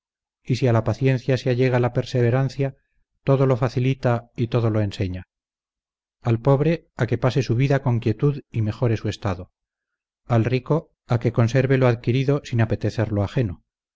y si a la paciencia se allega la perseverancia todo lo facilita y todo lo enseña al pobre a que pase su vida con quietud y mejore su estado al rico a que conserve lo adquirido sin apetecer lo ajeno